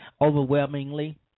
overwhelmingly